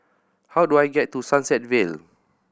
how do I get to Sunset Vale